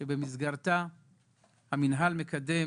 שבמסגרתה המינהל מקדם